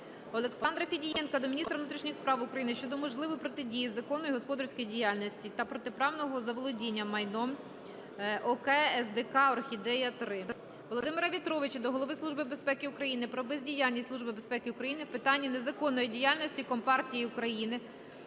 Олександра Федієнка до міністра внутрішніх справ України щодо можливої протидії законній господарській діяльності та протиправного заволодіння майном ОК "СДК "Орхідея-3". Володимира В'ятровича до Голови Служби безпеки України про бездіяльність Служби безпеки України в питанні незаконної діяльності компартії України,